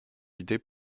idées